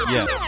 Yes